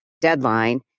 deadline